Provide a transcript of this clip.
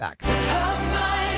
back